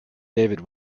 david